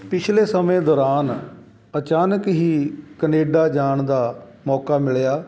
ਪਿਛਲੇ ਸਮੇਂ ਦੌਰਾਨ ਅਚਾਨਕ ਹੀ ਕਨੇਡਾ ਜਾਣ ਦਾ ਮੌਕਾ ਮਿਲਿਆ